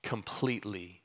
Completely